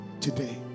today